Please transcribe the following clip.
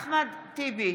אחמד טיבי,